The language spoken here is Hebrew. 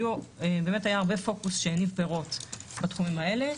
באמת היה הרבה פוקוס שהניב פירות בתחומים האלה,